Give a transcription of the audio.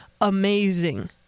amazing